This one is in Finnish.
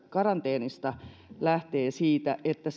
karanteenista lähtee siitä että